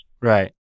Right